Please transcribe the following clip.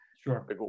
Sure